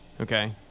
Okay